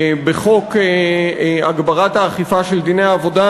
בחוק הגברת האכיפה של דיני העבודה